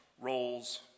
roles